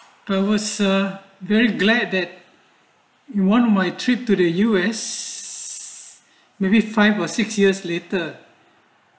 there was a very glad that you won my trip to the U_S maybe five or six years later